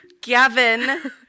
Gavin